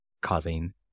causing